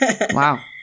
Wow